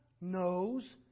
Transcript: knows